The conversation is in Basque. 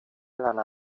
lana